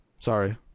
sorry